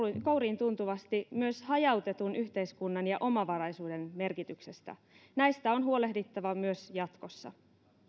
kouriintuntuvasti myös hajautetun yhteiskunnan ja omavaraisuuden merkityksestä näistä on huolehdittava myös jatkossa